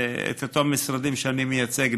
את אותם משרדים שאני מייצג,